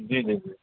جی جی جی